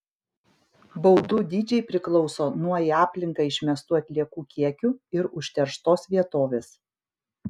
baudų dydžiai priklauso nuo į aplinką išmestų atliekų kiekių ir užterštos vietovės